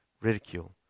Ridicule